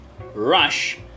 rush